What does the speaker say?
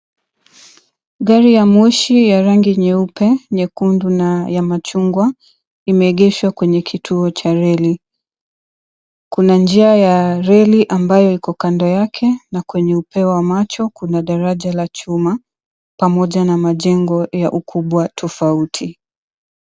Gari ya moshi ya rangi nyeupe, nyekundu na ya machungwa imeegeshwa kwenye kituo cha reli. Kuna njia ya reli ambayo iko kando yake na kwenye upeo wa macho, kuna daraja la chuma pamoja na majengo ya ukubwa tofauti.